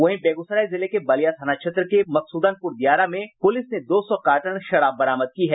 वहीं बेगूसराय जिले के बलिया थाना क्षेत्र के मकसूदनपुर दियारा से पुलिस ने दो सौ कार्टन शराब बरामद की है